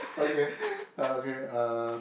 okay okay uh